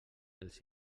els